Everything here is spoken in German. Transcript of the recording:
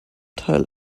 teil